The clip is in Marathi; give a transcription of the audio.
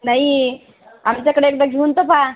नाही आमच्याकडे एकदा घेऊन तर पहा